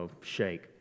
shake